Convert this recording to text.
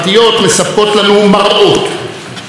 כאילו אנו שואלים: